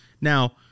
Now